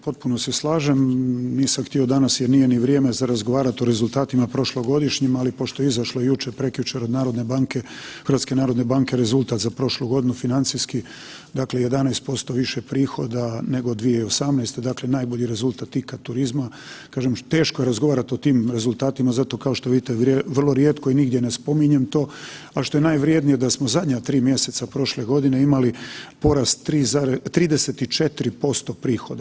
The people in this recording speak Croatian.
Potpuno se slažem, nisam htio danas jer nije ni vrijeme za razgovarati o rezultatima prošlogodišnjim, ali pošto je izašlo jučer, prekjučer od narodne banke, HNB-a rezultat za prošlu godinu financijski, dakle 11% više prihoda nego 2018., dakle najbolji rezultat ikad turizma, kažem teško je razgovarati o tim rezultatima zato kao što vidite vrlo rijetko i nigdje ne spominjem to, ali što je najvrednije da smo zadnja 3 mjeseca prošle godine imali porast 34% prihoda.